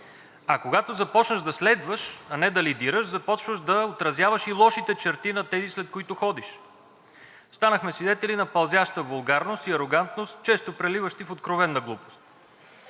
А когато започнеш да следваш, а не да лидираш, започваш да отразяваш и лошите черти на тези, след които ходиш. Станахме свидетели на пълзяща вулгарност и арогантност, често преливащи в откровена глупост.